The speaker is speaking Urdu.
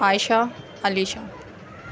عائشہ علیشا